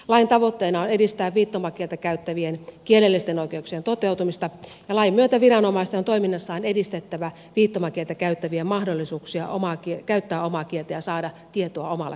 lain tavoitteena on edistää viittomakieltä käyttävien kielellisten oikeuksien toteutumista ja lain myötä viranomaisten on toiminnassaan edistet tävä viittomakieltä käyttävien mahdollisuuksia käyttää omaa kieltä ja saada tietoa omalla kielellään